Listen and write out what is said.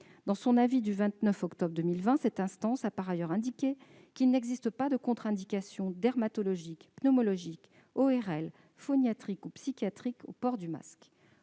Dans son avis du 29 octobre 2020, le Haut Conseil a souligné qu'il n'existe pas de contre-indications dermatologiques, pneumologiques, ORL, phoniatriques ou psychiatriques au port du masque.